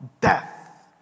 death